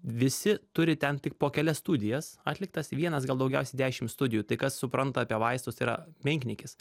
visi turi ten tik po kelias studijas atliktas vienas gal daugiausiai dešimt studijų tai kas supranta apie vaistus tai yra menkniekis